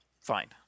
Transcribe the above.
Fine